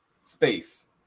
Space